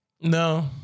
No